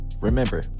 Remember